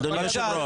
אדוני היושב-ראש,